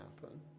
happen